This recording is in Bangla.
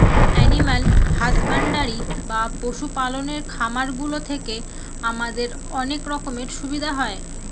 এনিম্যাল হাসব্যান্ডরি বা পশু পালনের খামার গুলো থেকে আমাদের অনেক রকমের সুবিধা হয়